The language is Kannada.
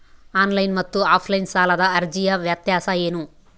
ಆನ್ಲೈನ್ ಮತ್ತು ಆಫ್ಲೈನ್ ಸಾಲದ ಅರ್ಜಿಯ ವ್ಯತ್ಯಾಸ ಏನು?